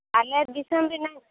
ᱟᱞᱮ ᱫᱤᱥᱚᱢ ᱨᱮᱱᱟᱝ